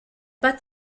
pas